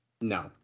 No